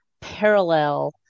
parallel